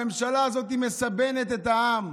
הממשלה הזאת מסבנת את העם.